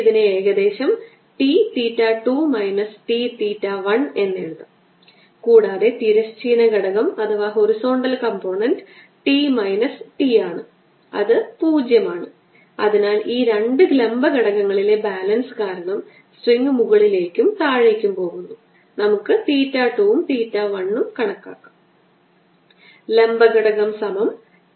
അതിനാൽ ബന്ധം വ്യതിചലനം 0 ആയിരിക്കണം അല്ലെങ്കിൽ നിങ്ങളുടെ അസൈൻമെന്റിൽ ഞാൻ നൽകിയ ഉത്തരത്തിന്റെ അടിസ്ഥാനത്തിൽ alpha over 3 plus beta over 2 ന് 0 ന് തുല്യമാണ് Axyz2αxxβyy 3γzz